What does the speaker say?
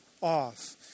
off